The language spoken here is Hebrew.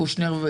קושניר,